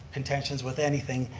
contentions with anything.